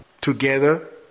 Together